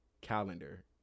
calendar